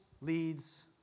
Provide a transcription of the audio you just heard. leads